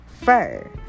fur